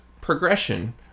progression